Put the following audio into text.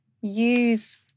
use